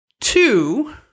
Two